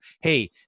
hey